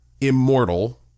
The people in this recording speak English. immortal